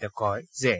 তেওঁ কয় যে